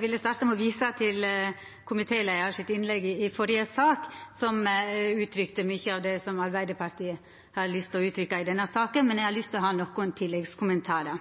vil starta med å visa til komitéleiaren sitt innlegg i førre sak, som uttrykte mykje av det som Arbeidarpartiet har lyst til å uttrykkja i denne saka. Men eg har nokre tilleggskommentarar,